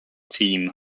team